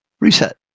reset